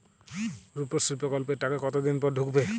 রুপশ্রী প্রকল্পের টাকা কতদিন পর ঢুকবে?